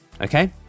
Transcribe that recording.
Okay